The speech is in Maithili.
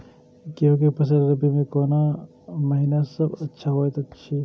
गेहूँ के फसल रबि मे कोन महिना सब अच्छा होयत अछि?